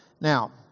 Now